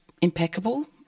impeccable